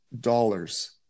dollars